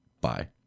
bye